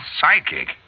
Psychic